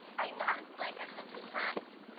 i knocked, like, a hundred times.